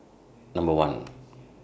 Number one